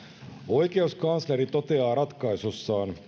oikeuskansleri toteaa ratkaisussaan